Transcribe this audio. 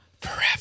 Forever